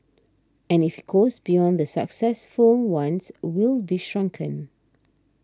and if it goes beyond the successful ones we'll be shrunken